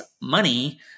money